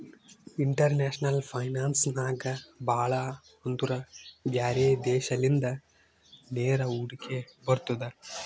international finance ನಾಗ್ ಭಾಳ ಅಂದುರ್ ಬ್ಯಾರೆ ದೇಶಲಿಂದ ನೇರ ಹೂಡಿಕೆ ಬರ್ತುದ್